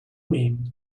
mean